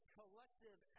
collective